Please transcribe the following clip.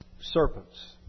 Serpents